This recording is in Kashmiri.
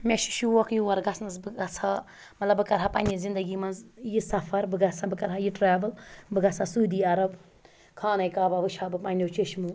مےٚ چھِ شوق یور گژھنَس بہٕ گژھٕ ہا مطلب بہٕ کَرٕ ہا پنٛنہِ زِندگی منٛز یہِ سفر بہٕ گژھٕ بہٕ کَرٕ ہا یہِ ٹرٛیوٕل بہٕ گژھٕ ہا سعوٗدی عرب خانہ کعبہ وٕچھِ ہا بہٕ پنٛنیو چٔشمو